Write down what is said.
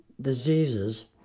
diseases